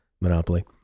Monopoly